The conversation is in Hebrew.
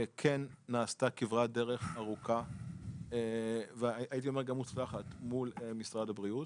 כן נעשתה כברת דרך ארוכה והייתי אומר גם מוצלחת מול משרד הבריאות